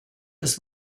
des